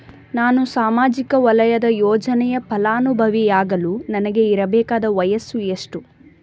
ನಾನು ಸಾಮಾಜಿಕ ವಲಯದ ಯೋಜನೆಯ ಫಲಾನುಭವಿಯಾಗಲು ನನಗೆ ಇರಬೇಕಾದ ವಯಸ್ಸುಎಷ್ಟು?